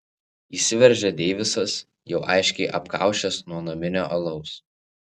įsiveržia deivisas jau aiškiai apkaušęs nuo naminio alaus